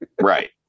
Right